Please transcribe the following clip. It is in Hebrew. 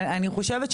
אני חושבת,